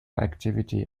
activity